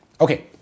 Okay